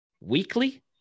weekly